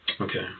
Okay